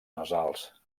nasals